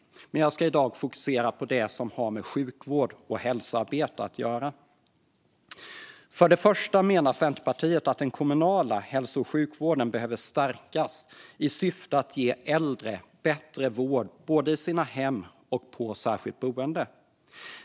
Men jag ska i dag fokusera på det som har med sjukvård och hälsoarbete att göra. För det första menar Centerpartiet att den kommunala hälso och sjukvården behöver stärkas i syfte att ge äldre bättre vård både i sina hem och på särskilt boende.